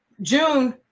June